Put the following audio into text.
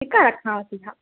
ठीकु आहे हा जी हा